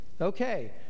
Okay